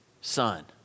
Son